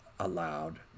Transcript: allowed